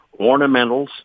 ornamentals